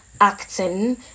acting